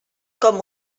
com